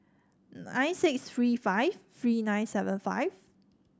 nine six three five three nine seven five